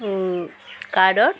কাৰ্ডত